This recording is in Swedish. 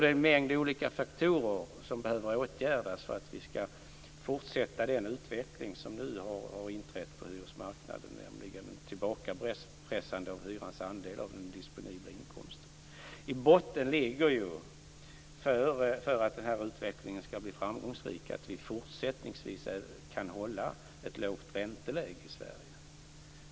Det är en mängd olika faktorer som behöver åtgärdas för att den utveckling som nu har inträtt på hyresmarknaden skall kunna fortsätta, nämligen ett tillbakapressande av hyrans andel av den disponibla inkomsten. För att utvecklingen skall bli framgångsrik måste vi fortsättningsvis kunna hålla ett lågt ränteläge i Sverige.